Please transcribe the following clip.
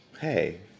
hey